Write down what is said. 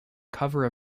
cover